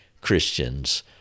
Christians